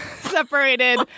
separated